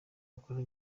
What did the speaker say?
akora